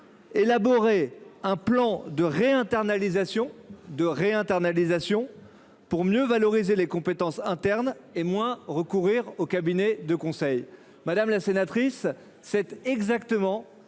Élaborer un plan de réinternalisation pour mieux valoriser les compétences internes et moins recourir aux cabinets de conseil. » Madame la sénatrice, c’est exactement